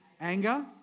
Anger